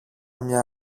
μια